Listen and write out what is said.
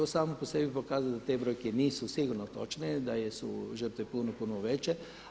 To samo po sebi pokazuje da te brojke nisu sigurno točne da su žrtve puno, puno veće.